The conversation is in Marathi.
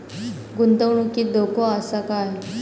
गुंतवणुकीत धोको आसा काय?